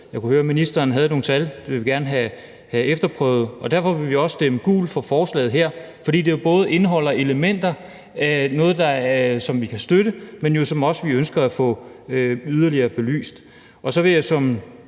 Jeg kunne høre, at ministeren har nogle tal, og dem vil vi gerne have efterprøvet. Vi vil stemme gult til forslaget her, fordi det både indeholder elementer, som vi kan støtte, men også elementer, som vi ønsker at få yderligere belyst. Så vil jeg